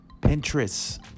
Pinterest